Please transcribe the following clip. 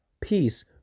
peace